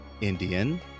Indian